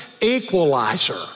equalizer